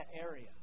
area